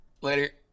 Later